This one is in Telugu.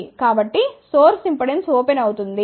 కాబట్టి సోర్స్ ఇంపెడెన్స్ ఓపెన్ అవుతుంది